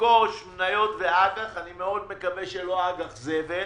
לרכוש מניות ואג"ח, ואני מאוד מקווה שלא אג"ח זבל,